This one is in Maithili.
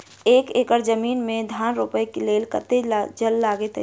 एक एकड़ जमीन मे धान रोपय लेल कतेक जल लागति अछि?